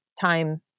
time